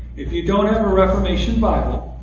if you don't have a reformation bible,